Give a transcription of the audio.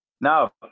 No